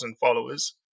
followers